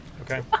Okay